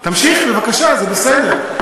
תמשיכי, בבקשה, זה בסדר.